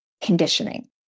conditioning